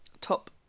top